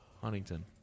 Huntington